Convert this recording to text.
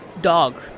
dog